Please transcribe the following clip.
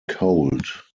cold